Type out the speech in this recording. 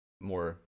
more